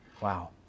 Wow